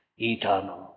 eternal